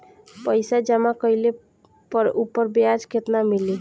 पइसा जमा कइले पर ऊपर ब्याज केतना मिली?